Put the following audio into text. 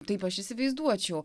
taip aš įsivaizduočiau